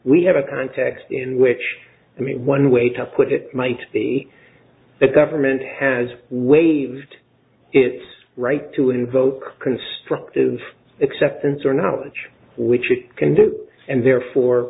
we have a context in which i mean one way to put it might be that government has waived its right to invoke constructive acceptance or knowledge which it can do and therefore